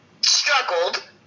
struggled